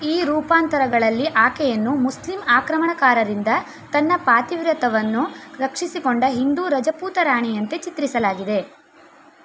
ಈ ರೂಪಾಂತರಗಳಲ್ಲಿ ಆಕೆಯನ್ನು ಮುಸ್ಲಿಮ್ ಆಕ್ರಮಣಕಾರರಿಂದ ತನ್ನ ಪಾತಿವ್ರತ್ಯವನ್ನು ರಕ್ಷಿಸಿಕೊಂಡ ಹಿಂದೂ ರಜಪೂತ ರಾಣಿಯಂತೆ ಚಿತ್ರಿಸಲಾಗಿದೆ